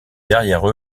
derrière